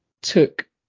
took